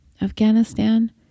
Afghanistan